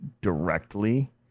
directly